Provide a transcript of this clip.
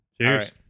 Cheers